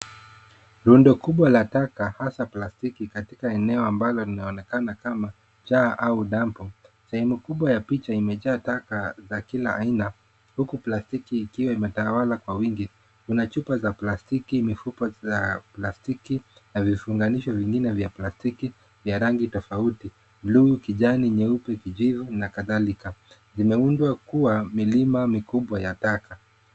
Rundo kubwa la taka hasa plastiki katika eneo ambalo linaloonekana kama jaa au dampu. Sehemu kubwa ya picha imejaa taka za kila aina, huku plastiki ikiwa imetawala kwa wingi. Kuna chupa za plastiki, mifuko za plastiki, na vifunganisho vingine vya plastiki vya rangi tofauti, bluu, kijani, nyeupe, kijivu na kadhalika. Imeundwa kuwa milima mikubwa ya taka.